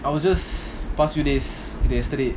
I was just past few days to yesterday